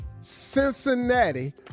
Cincinnati